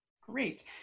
Great